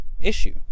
issue